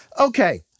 Okay